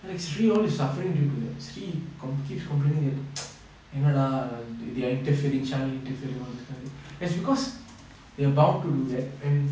and it's really all this suffering keeps complaining it they're interfering child interfering all this kind it's because they are bound to do that and